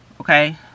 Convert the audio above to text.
okay